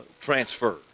transfer